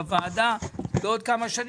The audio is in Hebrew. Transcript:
בוועדה בעוד כמה שנים,